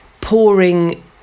pouring